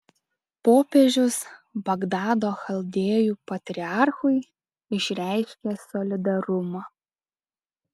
popiežius bagdado chaldėjų patriarchui išreiškė solidarumą